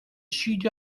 sud